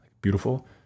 beautiful